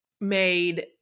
made